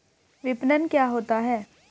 विपणन क्या होता है?